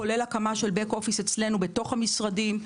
כולל הקמה של Back Office אצלנו בתוך המשרדים,